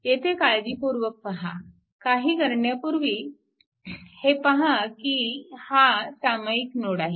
येथे काळजीपूर्वक पहा काही करण्यापूर्वी हे पहा की हा सामायिक नोड आहे